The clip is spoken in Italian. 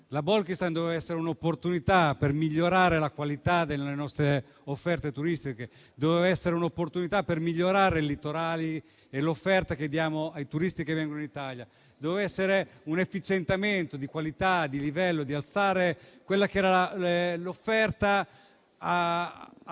Bolkestein doveva essere un'opportunità per migliorare la qualità delle nostre offerte turistiche; doveva essere un'opportunità per migliorare i litorali e l'offerta che diamo ai turisti che vengono in Italia; doveva essere un efficientamento di qualità per alzare il livello dell'offerta e